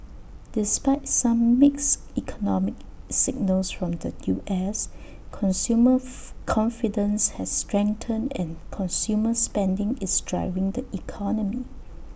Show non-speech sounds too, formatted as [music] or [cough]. despite some mixed economic signals from the U S consumer [noise] confidence has strengthened and consumer spending is driving the economy